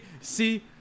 see